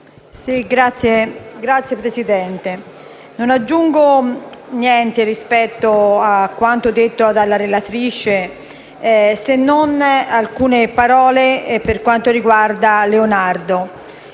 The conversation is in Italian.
Signor Presidente, non aggiungo niente rispetto a quanto detto dalla relatrice, se non alcune parole per quanto riguarda Leonardo.